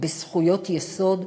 בזכויות יסוד,